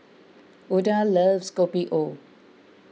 Oda loves Kopi O